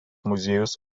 muziejus